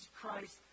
Christ